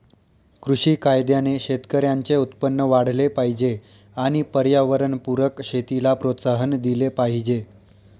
कृषी कायद्याने शेतकऱ्यांचे उत्पन्न वाढले पाहिजे आणि पर्यावरणपूरक शेतीला प्रोत्साहन दिले पाहिजे